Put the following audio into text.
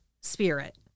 spirit